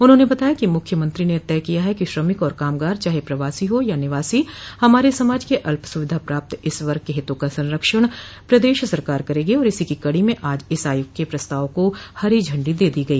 उन्होंने बताया कि मुख्यमंत्री ने तय किया है कि श्रमिक और कामगार चाहे प्रवासी हो या निवासी हमारे समाज के अल्पसुविधा प्राप्त इस वर्ग के हितों का संरक्षण प्रदेश सरकार करेगी और इसी की कड़ी में आज इस आयोग के प्रस्ताव को हरी झंडी दे दी गई